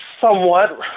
somewhat